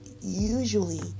usually